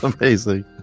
Amazing